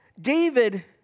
David